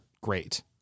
great